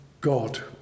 God